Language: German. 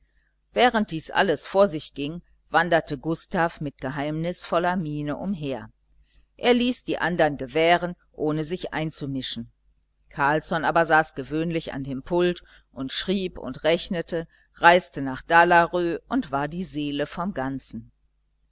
während dies alles vor sich ging wanderte gustav mit geheimnisvoller miene umher er ließ die andern gewähren ohne sich einzumischen carlsson aber saß gewöhnlich an dem pult und schrieb und rechnete reiste nach dalarö und war die seele des ganzen